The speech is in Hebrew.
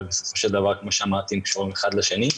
אבל בסופו של דבר הם קשורים אחד לשני.